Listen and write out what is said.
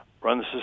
runs